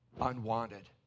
unwanted